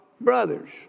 brothers